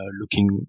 looking